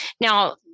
Now